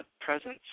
presence